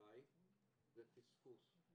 עכנאי - זה פספוס.